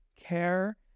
care